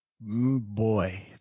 boy